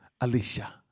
Alicia